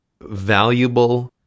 valuable